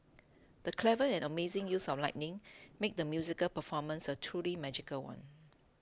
the clever and amazing use of lighting made the musical performance a truly magical one